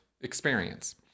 experience